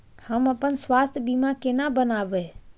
हम अपन स्वास्थ बीमा केना बनाबै?